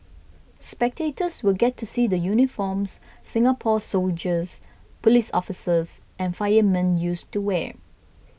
spectators will get to see the uniforms Singapore's soldiers police officers and firemen used to wear